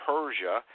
Persia